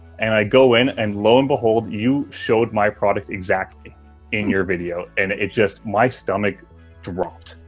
and i go in, and lo and behold, you showed my product exactly in your video. and it just, my stomach dropped.